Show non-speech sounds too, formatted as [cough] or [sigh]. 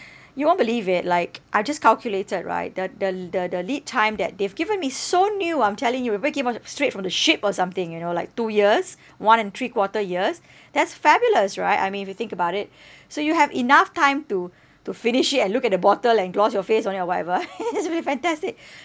you won't believe it like I just calculated right the the l~ the the lead time that they've given me so new I'm telling you it pretty much came out straight from the ship or something you know like two years one and three quarter years that's fabulous right I mean if you think about it so you have enough time to to finish it and look at the bottle and gloss your face on it or whatever [laughs] it's really fantastic